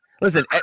Listen